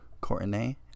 Courtney